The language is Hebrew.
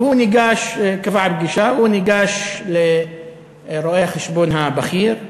והוא קבע פגישה, הוא ניגש לרואה-החשבון הבכיר,